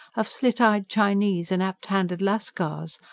of slit-eyed chinese and apt-handed lascars,